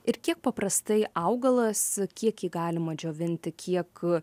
ir kiek paprastai augalas kiek jį galima džiovinti kiek